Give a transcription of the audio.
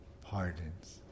pardons